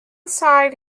side